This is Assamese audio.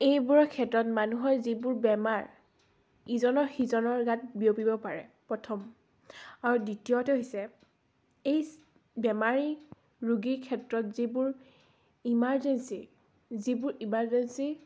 এইবোৰৰ ক্ষেত্ৰত মানুহৰ যিবোৰ বেমাৰ ইজনৰ সিজনৰ গাত বিয়পিব পাৰে প্ৰথম আৰু দ্বিতীয়তে হৈছে এই বেমাৰী ৰোগীৰ ক্ষেত্ৰত যিবোৰ ইমাৰ্জেঞ্চী যিবোৰ ইমাৰ্জেঞ্চী